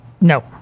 No